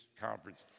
conference